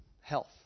health